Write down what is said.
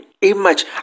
image